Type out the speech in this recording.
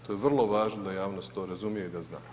To je vrlo važno da javnost to razumije i da zna.